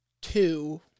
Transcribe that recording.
two